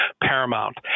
paramount